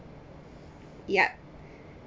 yup